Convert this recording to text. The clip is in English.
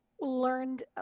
learned